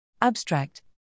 Abstract